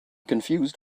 confused